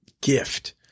gift